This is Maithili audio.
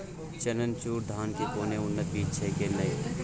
चननचूर धान के कोनो उन्नत बीज छै कि नय?